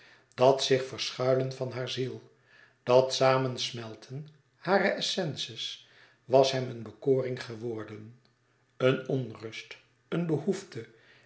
dat zich verschuilen van haar ziel dat samensmelten harer essence's was hem eene bekoring geworden een onrust een behoefte